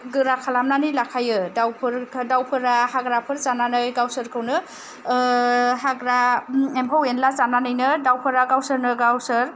गोरा खालामनानै लाखायो दाउफोर दाउफोरा हाग्राफोर जानानै गावसोरखौनो हाग्रा एम्फौ एनला जानानैनो दाउफोरा गावसोरनो गावसोर